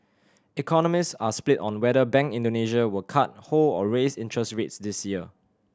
economist are split on whether Bank Indonesia will cut hold or raise interest rates this year